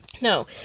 No